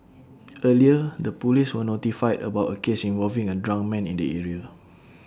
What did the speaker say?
earlier the Police were notified about A case involving A drunk man in the area